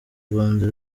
rwanda